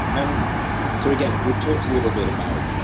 um so again we have talked a little bit about,